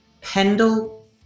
pendle